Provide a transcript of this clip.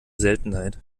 seltenheit